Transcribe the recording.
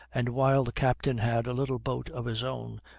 and while the captain had a little boat of his own,